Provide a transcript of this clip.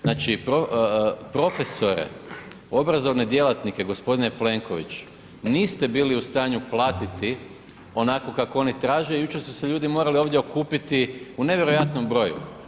Znači profesore, obrazovne djelatnike, g. Plenković, niste bili u stanju platiti onako kako oni traže, jučer su se ljudi morali ovdje okupiti u nevjerojatnom broju.